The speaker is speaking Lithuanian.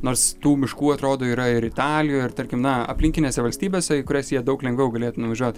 nors tų miškų atrodo yra ir italijoj ar tarkim na aplinkinėse valstybėse kurias jie daug lengviau galėtų nuvažiuot